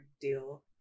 deal